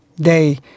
day